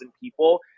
people